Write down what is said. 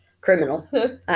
criminal